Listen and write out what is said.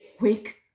Wake